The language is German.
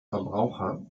verbraucher